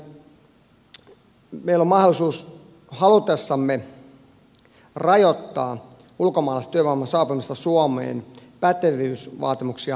nimittäin meillä on mahdollisuus halutessamme rajoittaa ulkomaalaisen työvoiman saapumista suomeen pätevyysvaatimuksia kiristämällä